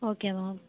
okay ma'am